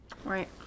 Right